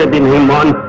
in mumbai.